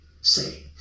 say